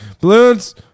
Balloons